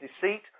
deceit